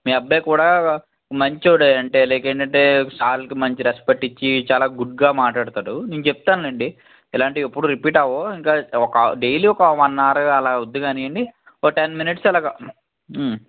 మీ అబ్బాయి కూడా మంచోడే అంటే లైక్ ఏంటంటే సార్లకి మంచి రెస్పెక్ట్ ఇచ్చీ చాలా గుడ్గా మాటాడతాడు నేను చెప్తానులెండి ఇలాంటివి ఎప్పుడూ రిపీట్ అవ్వవు ఇంక ఒక డైలీ ఒక వన్ అవర్ అలా వద్దు గానీ అండి ఓ టెన్ మినిట్స్ అలాగ